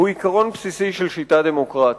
הוא עיקרון בסיסי של שיטה דמוקרטית.